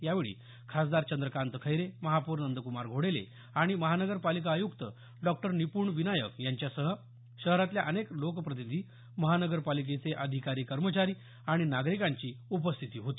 यावेळी खासदार चंद्रकांत खैरे महापौर नंद्कृमार घोडेले आणि महानगरपालिका आय्क्त डॉक्टर निपुण विनायक यांच्यासह शहरातल्या अनेक लोकप्रतिनिधी महानगर पालिकेचे अधिकारी कर्मचारी आणि नागरिकांची उपस्थिती होती